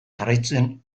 jarraitzen